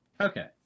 Okay